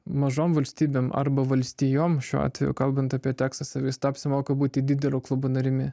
mažom valstybėm arba valstijom šiuo atveju kalbant apie teksasą vis ta apsimoka būti dideliu klubu narimi